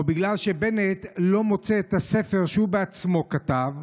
או בגלל שבנט לא מוצא את הספר שהוא בעצמו כתב,